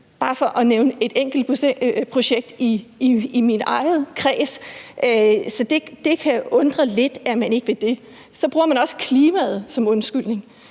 bare for at nævne et enkelt projekt i min egen kreds. Det kan undre lidt, at man ikke vil det. Så bruger man også klimaet som undskyldning,